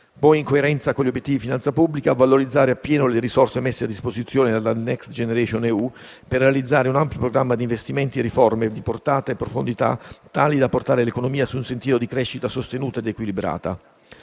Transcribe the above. Poi, in coerenza con gli obiettivi di finanza pubblica, valorizzare appieno le risorse messe a disposizione dal Next generation EU per realizzare un ampio programma di investimenti e riforme, di portata e profondità tali da portare l'economia su un sentiero di crescita sostenuta ed equilibrata.